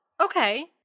okay